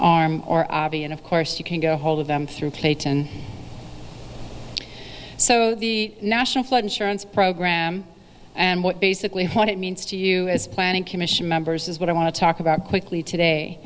arm or avi and of course you can go hold of them through peyton so the national flood insurance program and what basically what it means to you is planning commission members is what i want to talk about quickly today